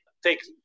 Take